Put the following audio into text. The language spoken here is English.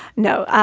no,